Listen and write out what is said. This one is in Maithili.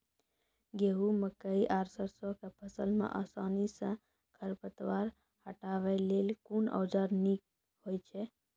गेहूँ, मकई आर सरसो के फसल मे आसानी सॅ खर पतवार हटावै लेल कून औजार नीक है छै?